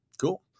cool